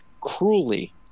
cruelly